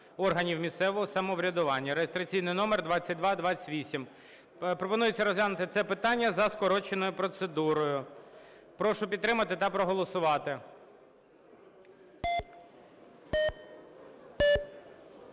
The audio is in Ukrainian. органів місцевого самоврядування (реєстраційний номер 2228). Пропонується розглянути це питання за скороченою процедурою. Прошу підтримати та проголосувати.